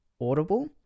Audible